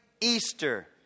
Easter